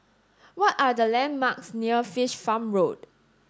what are the landmarks near Fish Farm Road